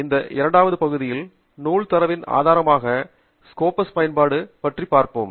இந்த இரண்டாவது பகுதியில் நூல் தரவின் ஆதாரமாக நான் ஸ்கோபஸ் பயன்படுத்த போகிறேன்